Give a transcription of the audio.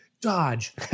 dodge